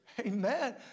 Amen